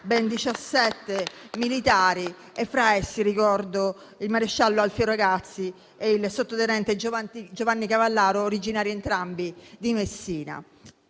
ben 17 militari e fra essi ricordo il maresciallo Alfio Ragazzi e il sottotenente Giovanni Cavallaro, originari entrambi di Messina.